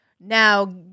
now